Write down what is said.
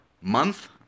month